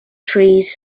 trees